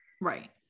right